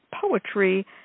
poetry